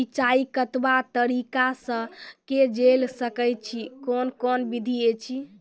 सिंचाई कतवा तरीका सअ के जेल सकैत छी, कून कून विधि ऐछि?